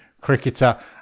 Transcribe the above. cricketer